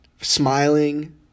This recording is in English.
smiling